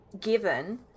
Given